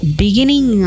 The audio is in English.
beginning